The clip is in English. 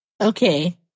Okay